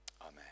amen